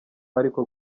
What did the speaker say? ariko